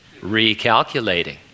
recalculating